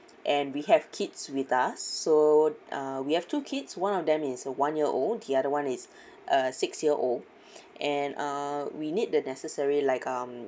and we have kids with us so uh we have two kids one of them is one year old the other one is uh six year old and uh we need the necessary like um